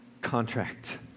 contract